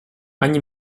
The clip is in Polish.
ani